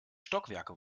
stockwerke